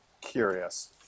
Curious